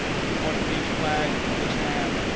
had a portuguese flag in this hand,